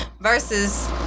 Versus